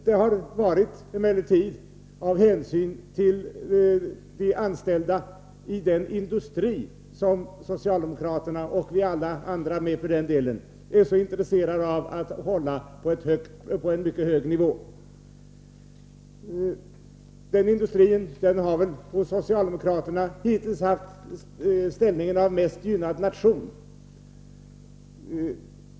Man har emellertid tagit hänsyn till de anställda i den industri som socialdemokraterna och alla vi andra är så intresserade av att hålla på en mycket hög nivå. Industrin har väl hos socialdemokraterna hittills haft ställningen av ”mest gynnad nation”.